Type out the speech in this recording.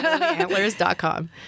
antlers.com